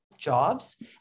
jobs